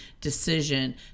decision